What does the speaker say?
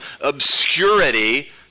obscurity